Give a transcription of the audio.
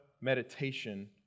meditation